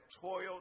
toiled